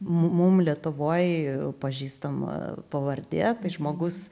mu mum lietuvoj pažįstama pavardė žmogus